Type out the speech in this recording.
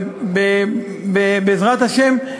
ובעזרת השם,